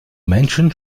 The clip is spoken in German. menschen